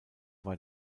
war